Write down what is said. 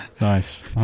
Nice